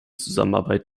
zusammenarbeit